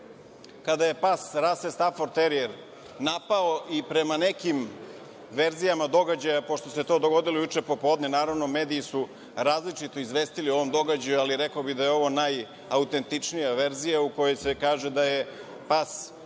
kada je pas rase staford terijer napao i prema nekim verzijama događaja, pošto se to dogodilo juče popodne, naravno, mediji su različito izvestili o ovom događaju, ali rekao bih da je ovo najautentičnija verzija u kojoj se kaže da je pas